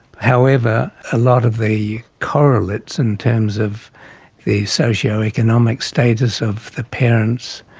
however, a lot of the correlates in terms of the socio-economic status of the parents,